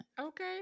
Okay